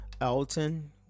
elton